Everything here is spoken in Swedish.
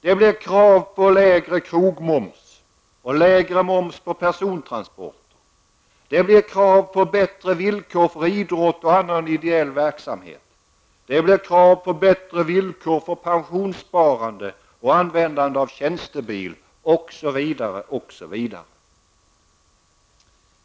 Det blir krav på lägre krogmoms och lägre moms på persontransporter. Det blir krav på bättre villkor för idrott och annan ideell verksamhet. Det blir krav på bättre villkor för pensionssparande, användande av tjänstebil osv.